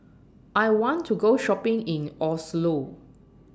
I want to Go Shopping in Oslo